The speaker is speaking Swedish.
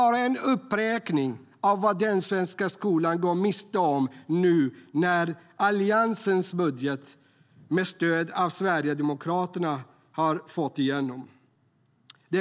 Detta är en uppräkning av vad den svenska skolan går miste om nu när Alliansens budget med stöd av Sverigedemokraterna har gått igenom.